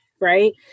right